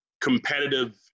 competitive